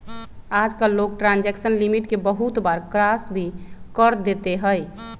आजकल लोग transaction limit के बहुत बार क्रास भी कर देते हई